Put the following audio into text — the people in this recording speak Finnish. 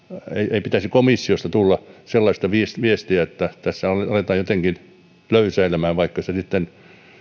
ei pitäisi komissiosta tulla sellaista viestiä että tässä aletaan jotenkin löysäilemään vaikka sitten